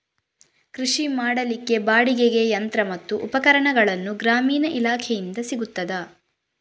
ಕೃಷಿ ಮಾಡಲಿಕ್ಕೆ ಬಾಡಿಗೆಗೆ ಯಂತ್ರ ಮತ್ತು ಉಪಕರಣಗಳು ಗ್ರಾಮೀಣ ಇಲಾಖೆಯಿಂದ ಸಿಗುತ್ತದಾ?